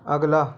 अगला